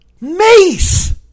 mace